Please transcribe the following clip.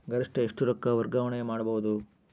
ಗರಿಷ್ಠ ಎಷ್ಟು ರೊಕ್ಕ ವರ್ಗಾವಣೆ ಮಾಡಬಹುದು?